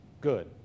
good